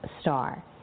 star